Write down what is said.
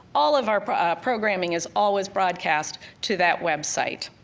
all of our programming is always broadcast to that website.